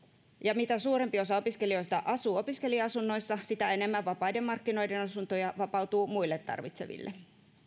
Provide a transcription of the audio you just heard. ja mitä suurempi osa opiskelijoista asuu opiskelija asunnoissa sitä enemmän vapaiden markkinoiden asuntoja vapautuu muille tarvitseville